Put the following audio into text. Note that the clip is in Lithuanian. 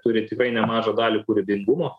turi tikrai nemažą dalį kūrybingumo